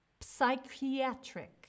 Psychiatric